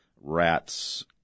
rats